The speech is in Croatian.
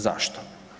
Zašto?